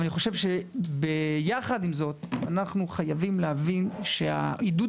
אבל אני חושב שיחד עם זאת אנחנו חייבים להבין שעידוד